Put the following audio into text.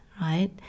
right